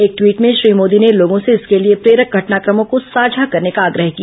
एक टवीट में श्री मोदी ने लोगों से इसके लिए प्रेरक घटनाक्रमों को साझा करने का आग्रह किया